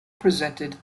presented